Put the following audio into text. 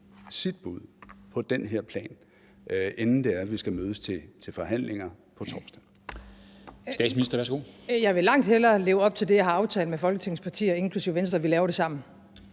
sit bud på den her plan, inden vi skal mødes til forhandlinger på torsdag?